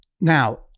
Now